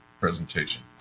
presentation